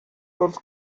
was